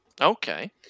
Okay